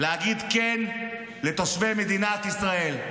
להגיד כן לתושבי מדינת ישראל.